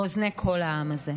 באוזני כל העם הזה.